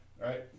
right